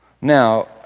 Now